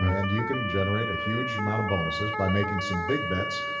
and you can generate a huge amount of bonuses by making some big bets